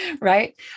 right